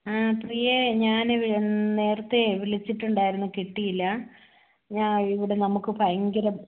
ആ പ്രിയേ ഞാൻ വി നേരത്തെ വിളിച്ചിട്ടുണ്ടായിരുന്നു കിട്ടിയില്ല ഞാൻ ഇവിടെ നമുക്ക് ഭയങ്കര